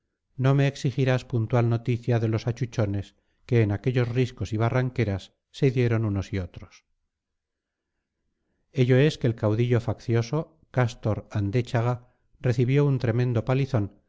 no me exigirás puntual noticia de los achuchones que en aquellos riscos y barranqueras se dieron unos y otros ello es que el caudillo faccioso cástor andéchaga recibió un tremendo palizón